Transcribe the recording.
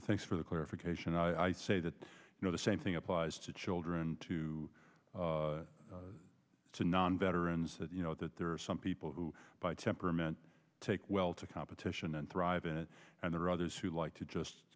thanks for the clarification i say that you know the same thing applies to children too to non veterans that you know that there are some people who by temperament take well to competition and thrive in it and there are others who like to just